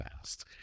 fast